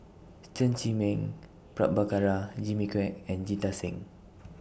Chen Zhiming Prabhakara Jimmy Quek and Jita Singh